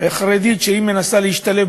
חרדית שמנסה להשתלב,